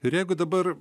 ir jeigu dabar